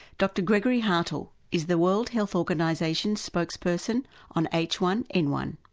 dr gregory hartl is the world health organisation's spokesperson on h one n one.